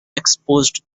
exposed